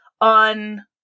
on